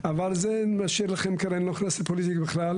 אבל זה אני משאיר לכם כי אני לא נכנס לנושא הפוליטי בכלל.